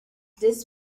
this